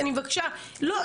בבקשה, לא.